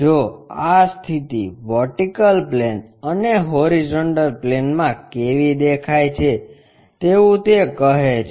જો આ સ્થિતિ વર્ટિકલ પ્લેન અને હોરીઝોન્ટલ પ્લેનમાં કેવી દેખાય છે તેવું તે કહે છે